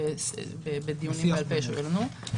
זה בדיונים בעל פה שהיו לנו.